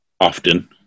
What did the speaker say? often